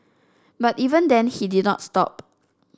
but even then he did not stop